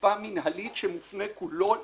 אכיפה מינהלית שמופנה כולו לדואר,